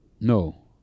no